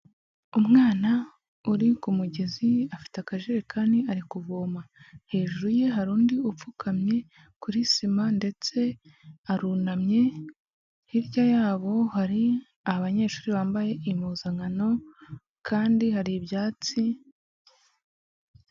Umwana uri ku mugezi afite akajerekani ari kuvoma. Hejuru ye hari undi upfukamye kuri simandetse arunamye, hirya yabo hari abanyeshuri bambaye impuzankano kandi hari ibyatsi.